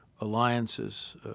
alliances